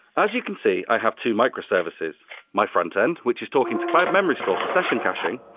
as you can see, i have two microservices my front end, which is talking to cloud memorystore for session caching,